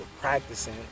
practicing